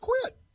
quit